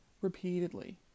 repeatedly